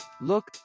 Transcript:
Look